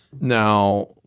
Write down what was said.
Now